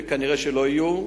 וכנראה לא יהיו,